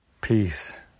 peace